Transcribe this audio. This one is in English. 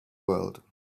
world